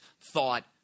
thought